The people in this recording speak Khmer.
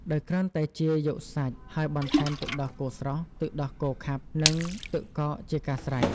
ដោយគ្រាន់តែជៀរយកសាច់ ហើយបន្ថែមទឹកដោះគោស្រស់ ទឹកដោះគោខាប់ និងទឹកកកជាការស្រេច។